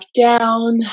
down